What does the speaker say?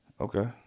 Okay